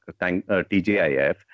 TJIF